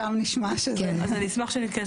שם נשמע שזה --- אז אני אשמח שנתכנס